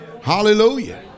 Hallelujah